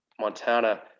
Montana